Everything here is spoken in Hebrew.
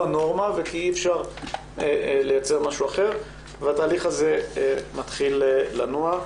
הנורמה וכי אי אפשר לייצר משהו אחר והתהליך הזה מתחיל לנוע.